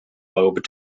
lobe